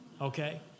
okay